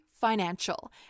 Financial